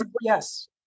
Yes